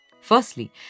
Firstly